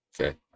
Okay